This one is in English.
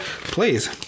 please